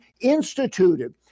instituted